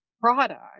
product